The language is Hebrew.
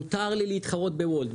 מותר לי להתחרות בוולט.